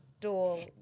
dual